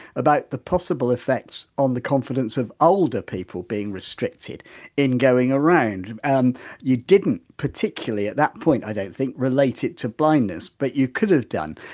about the possible effects on the confidence of older people being restricted in going around. and you didn't particularly at that point i don't think relate it to blindness, but you could have done.